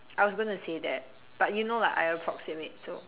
I was going to say that but you know lah I approximate so